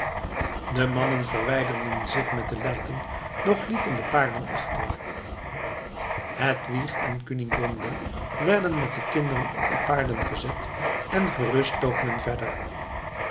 de mannen verwijderden zich met de lijken doch lieten de paarden achter hedwig en kunigonde werden met de kinderen op de paarden gezet en gerust toog men verder